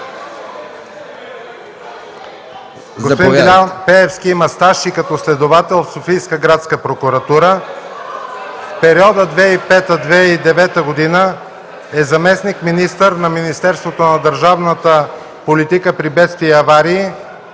има стаж и като следовател в Софийска градска прокуратура. В периода 2005-2009 г. е заместник-министър на държавната политика при бедствия и аварии,